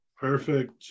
Perfect